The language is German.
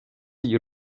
ihr